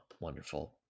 wonderful